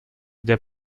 der